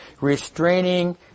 restraining